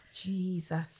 Jesus